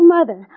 Mother